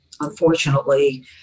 unfortunately